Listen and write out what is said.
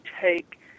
take